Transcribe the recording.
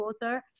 water